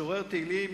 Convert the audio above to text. במשורר תהילים,